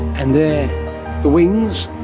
and there the wings,